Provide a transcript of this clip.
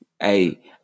Hey